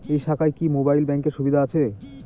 এই শাখায় কি মোবাইল ব্যাঙ্কের সুবিধা আছে?